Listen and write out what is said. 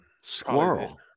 squirrel